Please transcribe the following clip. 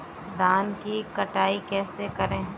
धान की कटाई कैसे करें?